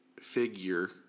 figure